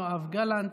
יואב גלנט,